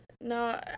No